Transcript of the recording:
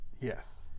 Yes